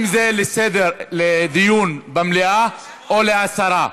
אם זה לדיון במליאה או להסרה.